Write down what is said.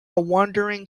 wandering